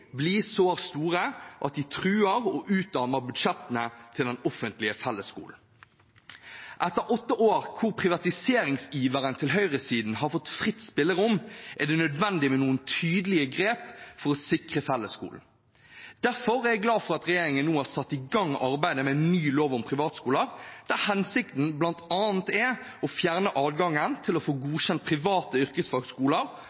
blir så stort at det truer og utarmer budsjettene til den offentlige fellesskolen. Etter åtte år hvor privatiseringsiveren til høyresiden har fått fritt spillerom, er det nødvendig med noen tydelige grep for å sikre fellesskolen. Derfor er jeg glad for at regjeringen nå har satt i gang arbeidet med ny lov om privatskoler, der hensikten bl.a. er å fjerne adgangen til å få